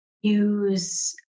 use